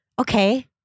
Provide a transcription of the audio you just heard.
okay